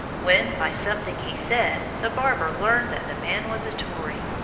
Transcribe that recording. when, by something he said, the barber learned that the man was a tory.